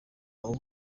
abo